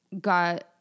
got